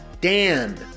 Dan